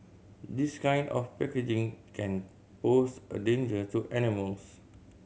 this kind of packaging can pose a danger to animals